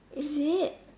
is it